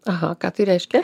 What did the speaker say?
aha ką tai reiškia